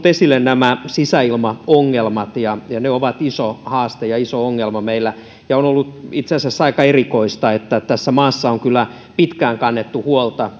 esille nämä sisäilmaongelmat ja ja ne ovat iso haaste ja iso ongelma meillä on ollut itse asiassa aika erikoista että tässä maassa on kyllä pitkään kannettu huolta